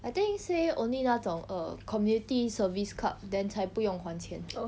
I think say only 那种 err community service club then 才不用还钱